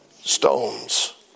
stones